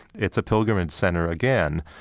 it's a pilgrimage center again.